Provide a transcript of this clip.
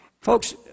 folks